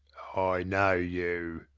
i know you.